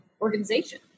organization